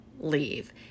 leave